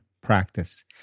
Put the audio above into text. practice